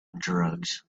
drugs